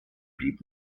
blieb